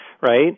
right